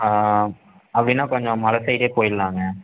அப்படின்னா கொஞ்சம் மலை சைடே போயிடலாங்க